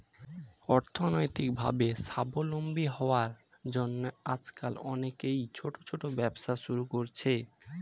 অর্থনৈতিকভাবে স্বাবলম্বী হওয়ার জন্য আজকাল অনেকেই ছোট ছোট ব্যবসা শুরু করছে